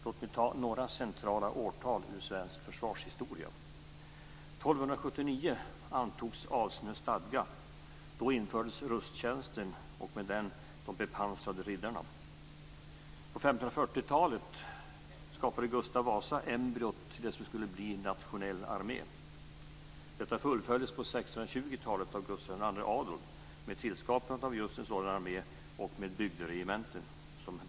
Låt mig ta några centrala årtal ur svensk försvarshistoria. · På 1540-talet skapade Gustav Vasa embryot till det som skulle bli en nationell armé. · Detta fullföljdes på 1620-talet av Gustav II Adolf med tillskapandet av just en sådan armé med bygderegementen som bas.